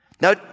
Now